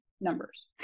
numbers